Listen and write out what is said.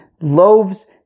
loaves